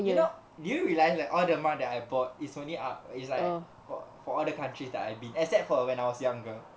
you know do you realize like all the mug that I bought is only ah it's like for for all the countries that I've been except for when I was younger